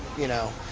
you know,